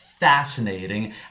fascinating